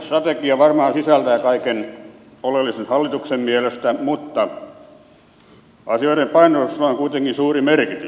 strategia varmaan sisältää kaiken oleellisen hallituksen mielestä mutta asioiden painotuksella on kuitenkin suuri merkitys